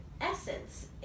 essence